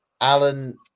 Alan